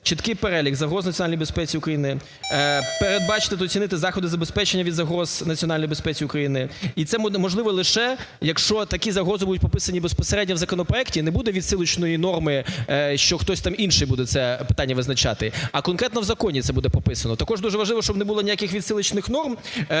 чіткий перелік загроз національній безпеці України, передбачити та оцінити заходи забезпечення від загроз національній безпеці України. І це можливо лише, якщо такі загрози будуть прописані безпосередньо в законопроекті і не буде відсилочної норми, що хтось там інший буде це питання визначати, а конкретно в законі це буде прописано. Також дуже важливо, щоб не було ніяких відсилочних норм,